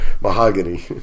Mahogany